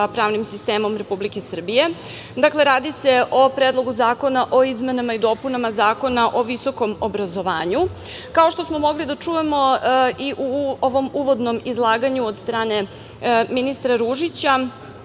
pravnim sistemom Republike Srbije. Dakle, radi se o Predlogu zakona o izmenama i dopunama Zakona o visokom obrazovanju. Kao što smo mogli da čujemo i u ovom uvodnom izlaganju od strane ministra Ružića,